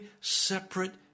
separate